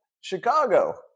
Chicago